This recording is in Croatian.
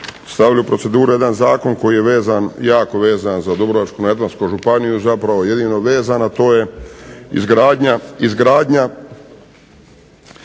stavili u proceduru jedan zakon koji je vezan, jako vezan za Dubrovačku-neretvansku županiju, zapravo jedino vezan a to je izgradnja